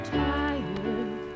tired